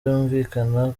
yumvikana